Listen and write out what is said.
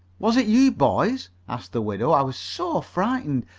was it you boys? asked the widow. i was so frightened.